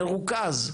מרוכז.